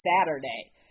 Saturday